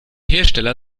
hersteller